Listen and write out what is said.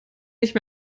nicht